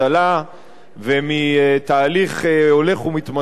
ומתהליך הולך ומתמשך של הקלות